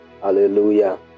Hallelujah